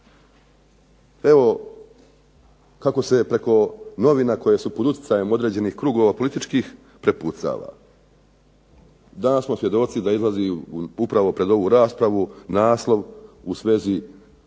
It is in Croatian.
Evo, kako se je preko novina koje su pod utjecajem određenih krugova političkih prepucava. Danas smo svjedoci da izlazi upravo pred ovu raspravu naslov u svezi